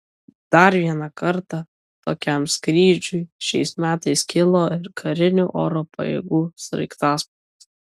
dar vieną kartą tokiam skrydžiui šiais metais kilo ir karinių oro pajėgų sraigtasparnis